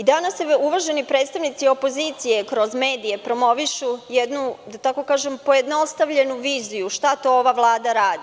Danas uvaženi predstavnici opozicije kroz medije promovišu jednu, da tako kažem, pojednostavljenu viziju šta to ova Vlada radi.